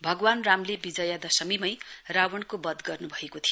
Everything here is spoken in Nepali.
भगवान रामले विजययदशमी मै रावणको बध गर्नभएको थियो